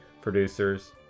producers